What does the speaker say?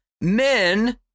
men